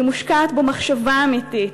שמושקעת בו מחשבה אמיתית,